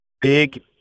Big